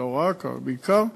לא רק אבל בעיקר,